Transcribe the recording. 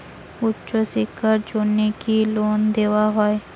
উচ্চশিক্ষার জন্য কি লোন দেওয়া হয়?